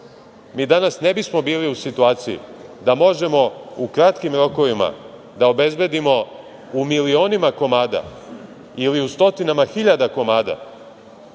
danas ne bismo bili u situaciji da možemo u kratkim rokovima da obezbedimo u milionima komada ili u stotinama hiljada komada